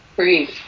Breathe